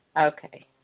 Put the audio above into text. Okay